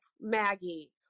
Maggie